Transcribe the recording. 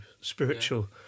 spiritual